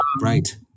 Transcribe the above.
Right